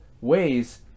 ways